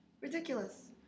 Ridiculous